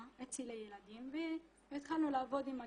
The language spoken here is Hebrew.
אצל הילדים והתחלנו לעבוד עם הגנים.